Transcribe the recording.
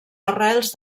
arrels